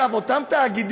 אגב, אותם תאגידים